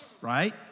right